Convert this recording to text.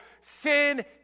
sin